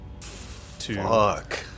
Fuck